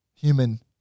human